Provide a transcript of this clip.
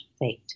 fate